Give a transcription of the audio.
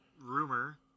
rumor